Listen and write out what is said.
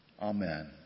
Amen